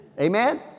Amen